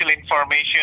information